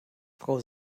frau